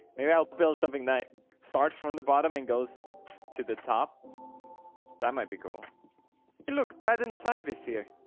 maybe i'll build something that starts from the bottom and goes to the top that might be cool look brad inside this here.